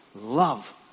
love